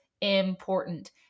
important